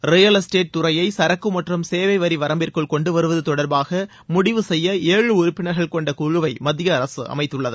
real estate துறையை சரக்கு மற்றும் சேவை வரி வரம்பிற்குள் கொண்டுவருவது தொடர்பாக முடிவு செய்ய ஏழு உறுப்பினர்கள் கொண்ட குழுவை மத்திய அரசு அமைத்துள்ளது